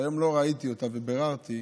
שהיום לא ראיתי אותה, וביררתי.